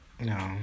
No